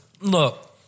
look